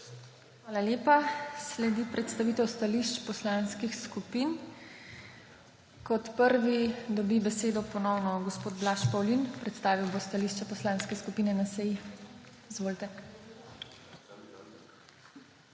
Hvala lepa. Sledi predstavitev stališč poslanskih skupin. Kot prvi dobi besedo ponovno gospod Blaž Pavlin. Predstavil bo stališče Poslanske skupine NSi. Izvolite.